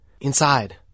inside